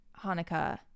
Hanukkah